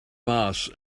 mass